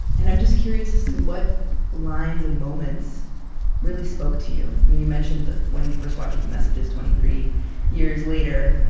and i'm just curious as to what lines and moments really spoke to you. um you mentioned when he first watches the messages, twenty three years later,